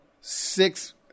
six